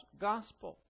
gospel